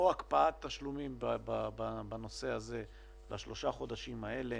או הקפאת תשלומים בנושא הזה לשלושת החודשים האלה